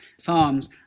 farms